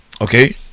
Okay